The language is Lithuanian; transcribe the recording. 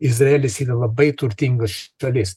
izraelis yra labai turtinga šalis